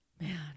man